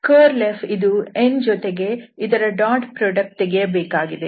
curlF ಇದು n ಜೊತೆಗೆ ಇದರ ಡಾಟ್ ಪ್ರೋಡಕ್ಟ್ ತೆಗೆಯಬೇಕಾಗಿದೆ